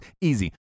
Easy